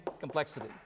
Complexity